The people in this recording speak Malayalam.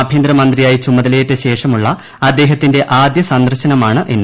ആഭ്യന്തരമന്ത്രിയായി ചുമ്തുലയേറ്റ ശേഷമുള്ള അദ്ദേഹത്തിന്റെ ആദ്യ സന്ദർശനമാണിന്ന്